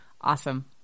awesome